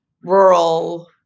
rural